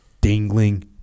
dangling